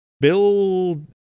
Bill